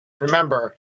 Remember